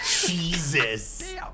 Jesus